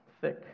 thick